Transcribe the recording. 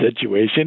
situation